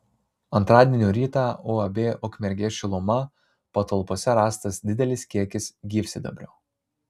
antradienio rytą uab ukmergės šiluma patalpose rastas didelis kiekis gyvsidabrio